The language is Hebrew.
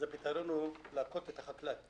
אז הפתרון הוא לעקוץ את החקלאי.